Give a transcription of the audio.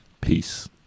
Peace